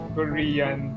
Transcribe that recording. Korean